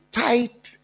type